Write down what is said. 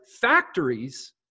factories